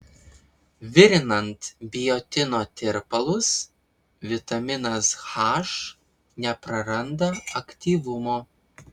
virinant biotino tirpalus vitaminas h nepraranda aktyvumo